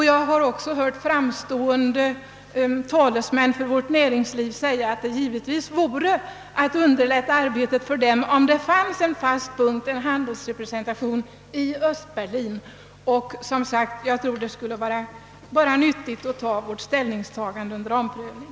Jag har också hört framstående talesmän för vårt näringsliv säga, att det givetvis skulle underlätta arbetet för dem om det fanns en fast punkt, en handelsrepresentation, i Östberlin. Jag tror som sagt att det skulle vara nyttigt att ta vårt ställningstagande under omprövning.